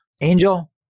Angel